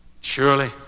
Surely